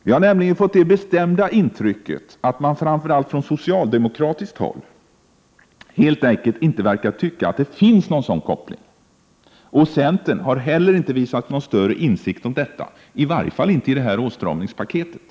Vi har nämligen fått det bestämda intrycket att man, framför allt från socialdemokratiskt håll, helt enkelt inte verkar tycka att det finns någon sådan koppling. Inte heller centern har visat någon större insikt om detta, i varje fall inte i det här åtstramningspaketet.